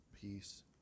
Peace